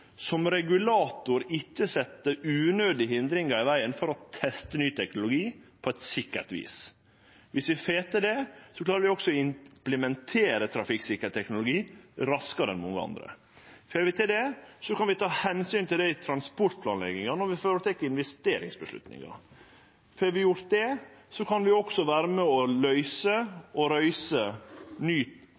som regulator ikkje å leggje unødige hindringar i vegen for å teste ny teknologi på eit sikkert vis. Dersom vi får til det, klarer vi også å implementere trafikksikker teknologi raskare enn mange andre. Får vi til det, kan vi ta omsyn til det i transportplanlegginga når vi tek investeringsavgjerder. Får vi gjort det, kan vi også vere med og løyse og reise ny